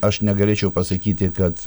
aš negalėčiau pasakyti kad